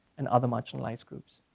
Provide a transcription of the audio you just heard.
and other marginalized groups.